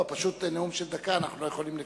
פשוט זה נאום של דקה, ואנחנו לא יכולים לקפח.